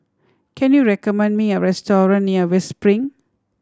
can you recommend me a restaurant near West Spring